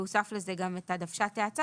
והוסף לזה גם את דוושת ההאצה